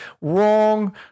wrong